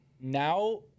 now